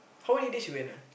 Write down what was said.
how many days you went ah